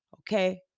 okay